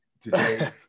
today